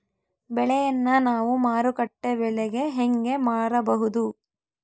ಬೆಳೆಯನ್ನ ನಾವು ಮಾರುಕಟ್ಟೆ ಬೆಲೆಗೆ ಹೆಂಗೆ ಮಾರಬಹುದು?